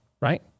right